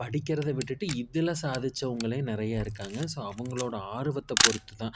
படிக்கிறதை விட்டுவிட்டு இதில் சாதித்தவங்களே நிறையா இருக்காங்க ஸோ அவர்களோட ஆர்வத்தை பொறுத்து தான்